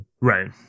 Right